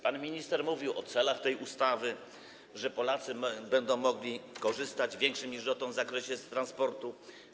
Pan minister mówił o celach tej ustawy, o tym, że Polacy będą mogli korzystać w większym niż dotąd zakresie z transportu.